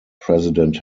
president